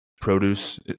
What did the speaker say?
produce